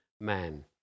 man